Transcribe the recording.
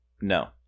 No